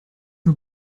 nur